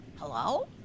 Hello